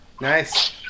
Nice